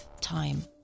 time